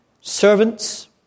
Servants